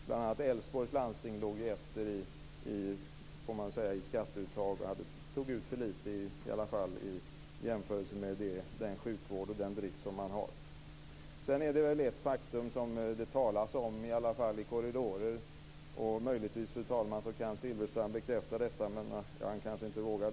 Bl.a. låg Älvsborgs landsting efter i skatteuttag och tog ut för lite - i alla fall i jämförelse med den sjukvård och den drift som man har. Det talas om ett faktum i alla fall i korridorer. Möjligtvis kan Silfverstrand bekräfta detta, men han kanske inte vågar.